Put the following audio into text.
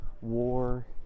war